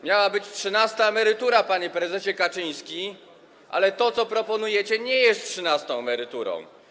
Miała być trzynasta emerytura, panie prezesie Kaczyński, ale to, co proponujecie, nie jest trzynastą emeryturą.